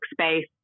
space